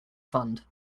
fund